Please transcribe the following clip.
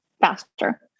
faster